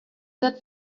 that